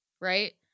right